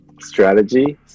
strategy